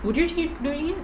would you keep doing it